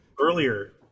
earlier